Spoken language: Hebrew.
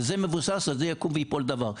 על זה מבוסס, על זה יקום וייפול דבר.